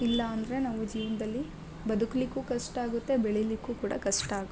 ಇಲ್ಲ ಅಂದರೆ ನಾವು ಜೀವನದಲ್ಲಿ ಬದುಕಲಿಕ್ಕೂ ಕಷ್ಟ ಆಗುತ್ತೆ ಬೆಳೀಲಿಕ್ಕೂ ಕೂಡ ಕಷ್ಟ ಆಗುತ್ತೆ